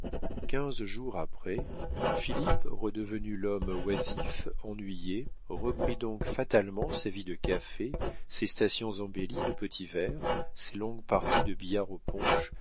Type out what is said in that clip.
quinze jours après philippe redevenu l'homme oisif ennuyé reprit donc fatalement sa vie de café ses stations embellies de petits verres ses longues parties de billard au punch